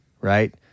right